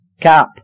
cap